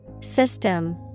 System